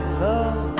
love